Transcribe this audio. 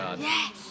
Yes